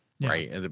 right